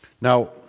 Now